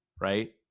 right